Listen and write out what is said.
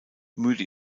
müde